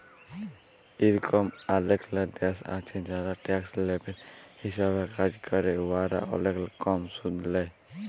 ইরকম অলেকলা দ্যাশ আছে যারা ট্যাক্স হ্যাভেল হিসাবে কাজ ক্যরে উয়ারা অলেক কম সুদ লেই